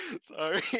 sorry